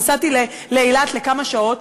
נסעתי לאילת לכמה שעות,